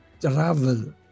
travel